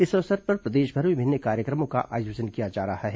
इस अवसर पर प्रदेशभर में विभिन्न कार्यक्रमों का आयोजन किया जा रहा है